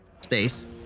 space